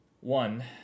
one